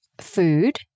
food